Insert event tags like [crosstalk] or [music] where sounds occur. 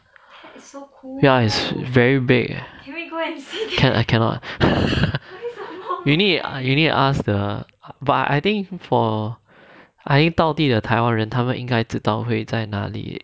ya it's very big cannot cannot [laughs] you need you need to ask the but I think for I think 倒地的台湾人他们应该会在哪里